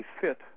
fit